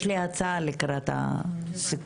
יש לי הצעה לקראת הסיכום.